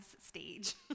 stage